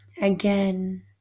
Again